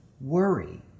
worry